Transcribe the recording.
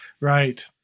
Right